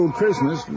Christmas